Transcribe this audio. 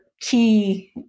key